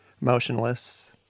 motionless